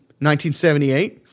1978